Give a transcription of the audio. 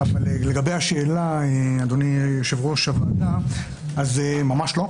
לגבי השאלה, אדוני היושב-ראש, אז ממש לא.